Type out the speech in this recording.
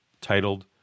titled